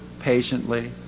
patiently